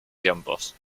tiempos